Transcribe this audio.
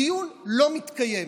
הדיון לא מתקיים.